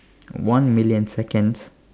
one million seconds